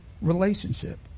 relationship